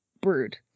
brood